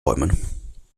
bäumen